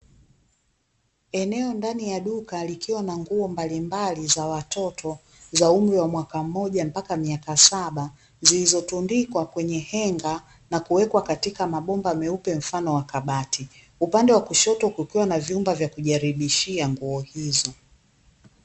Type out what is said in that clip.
Eneo ndani ya duka likiwa na nguo mbalimbali za watoto za umri wa mwaka mmoja mpaka miaka saba, zilizotundikwa kwenye henga na kuwekwa katika mabomba meupe mfano wa kabati, upande wa kushoto kukiwa na vyumba vya kujaribishia nguo hizo.